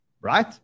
right